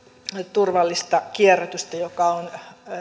turvallisen kierrätyksen joka on